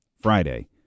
Friday